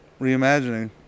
reimagining